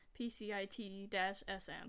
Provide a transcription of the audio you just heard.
PCIT-SM